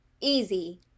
easy